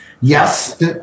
Yes